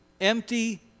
empty